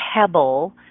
pebble